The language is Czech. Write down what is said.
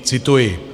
Cituji.